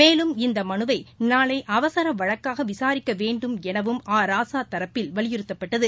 மேலும் இந்தமனுவைநாளைஅவசரவழக்னகவிசாரிக்கவேண்டும் எனவும் ஆ ராசாதரப்பில் வலியுறத்தப்பட்டது